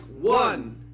one